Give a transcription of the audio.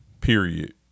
period